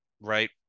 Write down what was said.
right